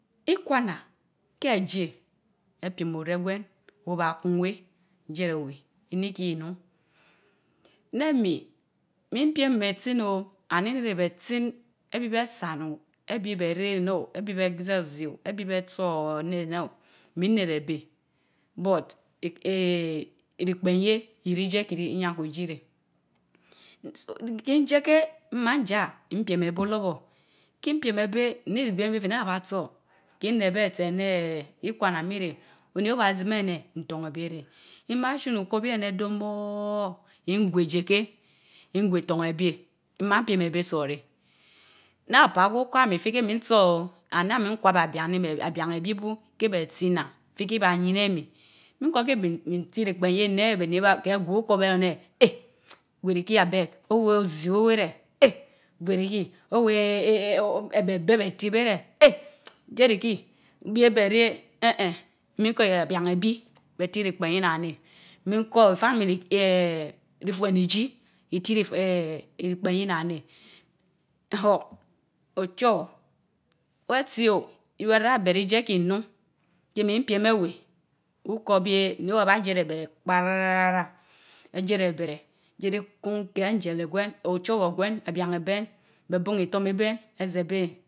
Ikwana kéh ejie epiem oréhgwen wo baa kun wéh jie ewèh inihi inunn. Ne mi, mi piem bétin o! and mi reh ri behtin behbi beh san onun ebi be re onor, behbi beh zé ezio, béh bi beh tsó eheh eneh o, mineri ebeh but, rihpen yie iréh ijie kii iyian kwe ijireh kin jie keh nma jia, npiem abėh olo̍rbo̍ kin piem ebėh hin ibiem fe-ne be̍h ba tso, kin reyebeh etsi eneeh ikwana mi reh, onioba zehmi neh nto obie reh. imashin okor̍ bi éneh dormo̍rr ngwe jie keh ngwe tón ebéh nma piem ébéh tso reh. Naa apaa gwi okwa ami ifikeh mintso and naa minkwa abianimeh bi bu keh beh tsi nnan. ifi kèh iba yin emi. Min kor̍ keh mitiri ikpe yeh neh beni bà agweh ukor béh fuun aneh eeh! gweriki oweh eeeh bebeh betie béyreh, eeeh! Jieriki, bie béhréh een eenhn, min kór beh bian ebi béh ti ipen nnan neh, min kor ifamili, eenh! ifuen iji itiri ikpen nnan neh. huh! Ochowor wéh tio kéh wéh ra bereh ijien kii nnun ke min piem awèh ukor bèh weh abaa jie ébéreh paa ra rrara, ejierebereh jie kuun keh Angel ogwen, Ochowor ogwen, ebian ogwen beh bun otorm iben, ézie ébéh